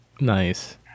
Nice